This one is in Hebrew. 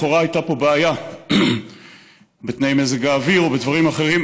לכאורה הייתה פה בעיה בתנאי מזג האוויר או בדברים אחרים,